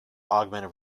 augmented